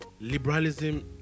Liberalism